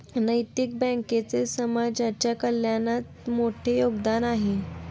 नैतिक बँकेचे समाजाच्या कल्याणात मोठे योगदान आहे